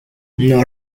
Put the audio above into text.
nos